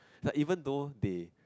but even though they